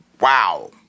Wow